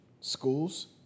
schools